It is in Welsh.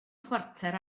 chwarter